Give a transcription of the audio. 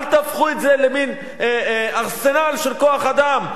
אל תהפכו את זה למין ארסנל של כוח-אדם,